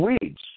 weeds